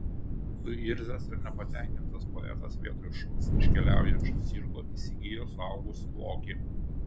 suirzęs ir nepatenkintas poetas vietoj šuns iš keliaujančio cirko įsigijo suaugusį lokį